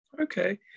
Okay